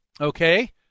Okay